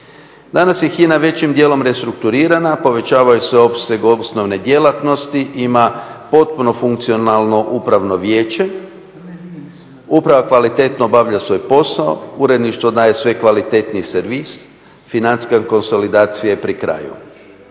Danas je HINA većim dijelom restrukturirana, povećava se opseg osnovne djelatnosti, ima potpuno funkcionalno upravno vijeće, uprava kvalitetno obavlja svoj posao, uredništvo daje sve kvalitetniji servis, financijska konsolidacija je pri kraju,